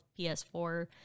PS4